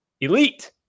elite